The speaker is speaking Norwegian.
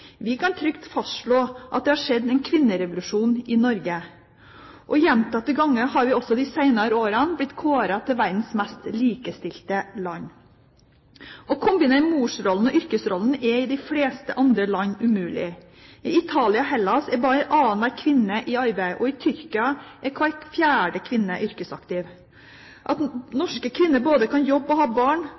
Vi kan trygt fastslå at det har skjedd en kvinnerevolusjon i Norge. Gjentatte ganger har vi også de senere årene blitt kåret til verdens mest likestilte land. Å kombinere morsrollen og yrkesrollen er i de fleste andre land umulig. I Italia og Hellas er bare annenhver kvinne i arbeid, og i Tyrkia er hver fjerde kvinne yrkesaktiv. At norske kvinner både kan jobbe og ha barn,